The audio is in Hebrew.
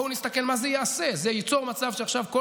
בואו נסתכל מה זה יעשה: זה ייצור מצב שעכשיו כל